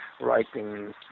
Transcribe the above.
writing